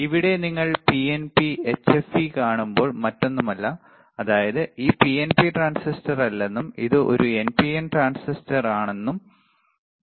ഇവിടെ നിങ്ങൾ PNP HFE കാണുമ്പോൾ മാറ്റമൊന്നുമില്ല അതായത് ഇത് പിഎൻപി ട്രാൻസിസ്റ്റർ അല്ലെന്നും ഇത് ഒരു എൻപിഎൻ ട്രാൻസിസ്റ്ററാണ് എന്നും ആണ് കാണിക്കുന്നത്